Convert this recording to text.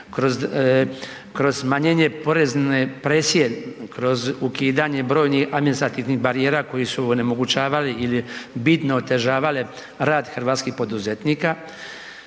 kroz smanjenje porezne presije, kroz ukidanjem brojnih administrativnih barijera koji su onemogućavali ili bitno otežavale rad hrvatskih poduzetnika,